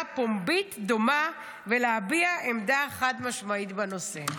פומבית דומה ולהביע עמדה חד-משמעית בנושא.